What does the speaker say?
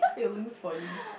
feelings for you